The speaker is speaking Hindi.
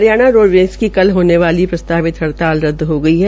हरियाणा रोडवेज की कल होने वाली प्रस्तावित हड़ताल रद्द हो गयी है